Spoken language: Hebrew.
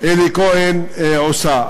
עושה.